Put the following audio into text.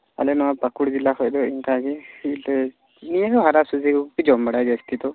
ᱟᱞᱮ ᱱᱚᱣᱟ ᱯᱟᱹᱠᱩᱲ ᱡᱮᱞᱟ ᱥᱮᱫ ᱫᱚ ᱚᱱᱠᱟ ᱜᱮ ᱱᱤᱭᱟᱹ ᱦᱟᱨᱟ ᱥᱚᱵᱽᱡᱤ ᱠᱚᱜᱮ ᱠᱚ ᱡᱚᱢ ᱵᱟᱲᱟᱭᱟ ᱡᱟᱹᱥᱛᱤ ᱫᱚ